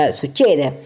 succede